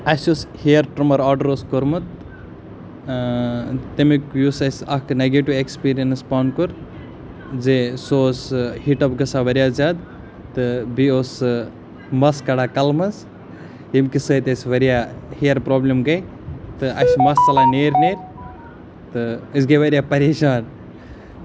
اَسِہ یُس hair trimmer order اوس کوٚرمُت تَمیُٚک یُس اَسِہ اَکھ نَگیٹِو اٮ۪کسپیٖرنس پانہٕ کوٚر زِ سُہ اوس ہیٖٹ اَپ گژھان واریاہ زیادٕ تہٕ بیٚیہِ اوس مَس کَڑان کَلہٕ مںٛز ییٚمہِ کہِ سۭتۍ أسۍ واریاہ ہیر پرٛابلِم گٔیے تہٕ اَسہِ مَس ژَلان نیٖرۍ نیٖرۍ تہٕ أسۍ گٔیے واریاہ پریشان